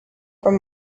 from